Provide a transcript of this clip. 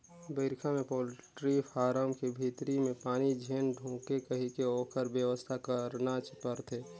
बइरखा में poultry farm के भीतरी में पानी झेन ढुंके कहिके ओखर बेवस्था करना परथे